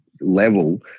level